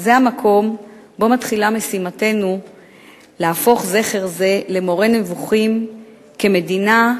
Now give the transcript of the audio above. זה המקום שבו מתחילה משימתנו להפוך זכר זה למורה נבוכים כמדינה,